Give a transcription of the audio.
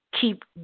keep